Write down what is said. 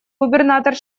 губернатор